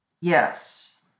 yes